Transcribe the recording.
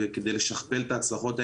וכדי לשכפל את ההצלחות האלה,